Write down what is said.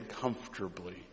comfortably